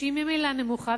שהיא ממילא נמוכה,